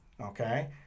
okay